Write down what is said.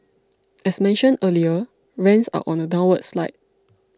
as mentioned earlier rents are on a downward slide